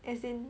as in